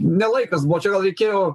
ne laikas buvo čia gal reikėjo